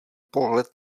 pohled